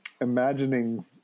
imagining